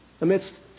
Amidst